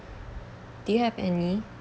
do you have any